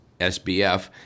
SBF